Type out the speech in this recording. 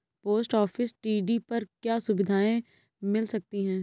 Post office TD पर क्या सुविधाएँ मिल सकती है?